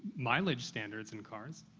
mileage standards in cars.